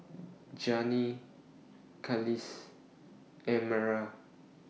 Jannie Carlisle and Amara